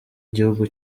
igihugu